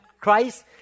Christ